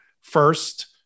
first